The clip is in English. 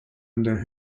under